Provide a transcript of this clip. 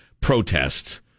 protests